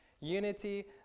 Unity